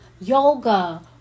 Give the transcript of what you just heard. yoga